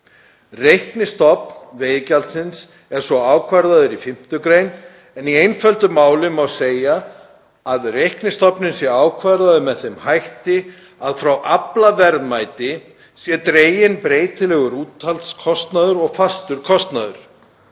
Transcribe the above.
Reiknistofn veiðigjaldsins er svo ákvarðaður í 5. gr., en í einföldu máli má svo segja að reiknistofn sé ákveðinn með þeim hætti að frá aflaverðmæti sé dreginn breytilegur úthaldskostnaður og fastur kostnaður.